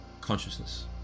consciousness